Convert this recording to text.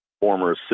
former